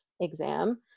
exam